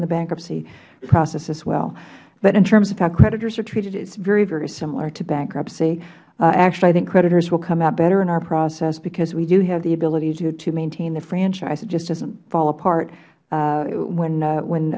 the bankruptcy process as well in terms of how creditors are treated it is very very similar to bankruptcy actually i think creditors will come out better in our process because we do have the ability to maintain the franchise it just doesnt fall apart when